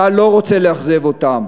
אתה לא רוצה לאכזב אותם,